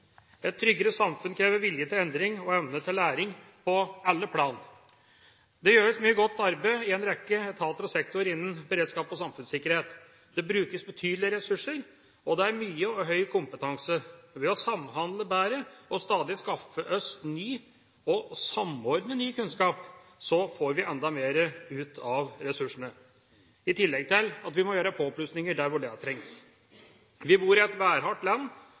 Et tryggere samfunn krever vilje til endring og evne til læring på alle plan. Det gjøres mye godt arbeid i en rekke etater og sektorer innen beredskaps- og samfunnssikkerhet. Det brukes betydelige ressurser, og det er mye og høy kompetanse. Ved å samhandle bedre og stadig skaffe oss, og også samordne, ny kunnskap, får vi enda mer ut av ressursene. I tillegg må vi må foreta påplussinger der hvor det trengs. Vi bor i et værhardt land,